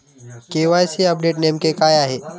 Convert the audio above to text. KYC update नेमके काय आहे?